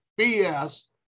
BS